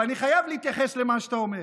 ואני חייב להתייחס למה שאתה אומר.